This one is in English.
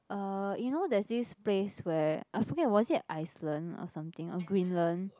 uh you know there's this place where I forget was it Iceland or something or Greenland